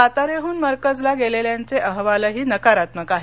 साताऱ्याहून मरकजला गेलेल्यांचे अहवालही नकारात्मक आहेत